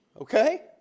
Okay